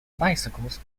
bicycles